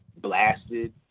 blasted